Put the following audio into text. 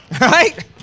right